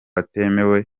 atemewe